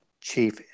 chief